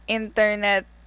internet